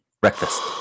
breakfast